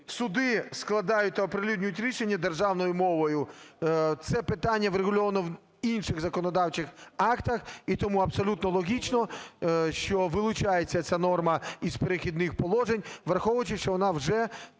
"Суди складають та оприлюднюють рішення державною мовою". Це питання врегульовано в інших законодавчих актах. І тому абсолютно логічно, що вилучається ця норма із "Перехідних положень", враховуючи, що вона вже